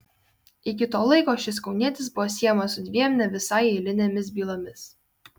iki to laiko šis kaunietis buvo siejamas su dviem ne visai eilinėmis bylomis